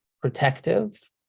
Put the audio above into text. protective